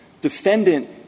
defendant